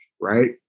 Right